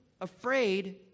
afraid